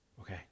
okay